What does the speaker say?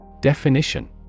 Definition